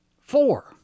Four